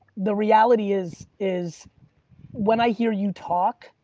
the reality is is when i hear you talk,